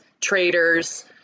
traders